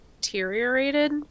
deteriorated